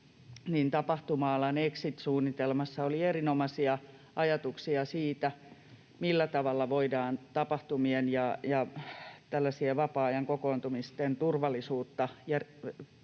tapahtuma-alan exit-suunnitelmaa, niin siinä oli erinomaisia ajatuksia siitä, millä tavalla voidaan tapahtumien ja tällaisien vapaa-ajan kokoontumisten turvallisuutta